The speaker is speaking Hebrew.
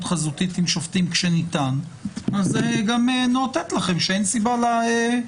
חזותית עם שופטים כאשר ניתן - נאותת לכם שאין סיבה להמשיך עם זה.